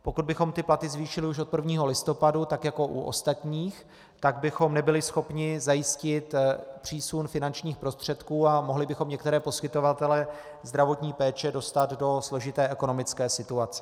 Pokud bychom platy zvýšili už od 1. listopadu jako u ostatních, tak bychom nebyli schopni zajistit přísun finančních prostředků a mohli bychom některé poskytovatele zdravotní péče dostat do složité ekonomické situace.